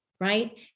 right